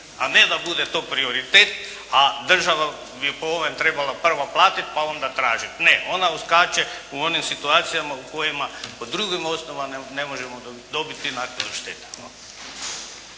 a ne da to bude prioritet, a država bi po ovom trebala prvo platiti, pa onda tražiti. Ne ona uskače u onim situacijama u kojima po drugim osnovama ne možemo dobiti naknadu šteta.